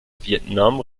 vietnam